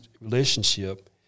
relationship